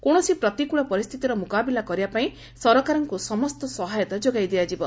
କୌଣସି ପ୍ରତିକୂଳ ପରିସ୍ଥିତିର ମୁକାବିଲା କରିବାପାଇଁ ସରକାରଙ୍କୁ ସମସ୍ତ ସହାୟତା ଯୋଗାଇ ଦିଆଯିବ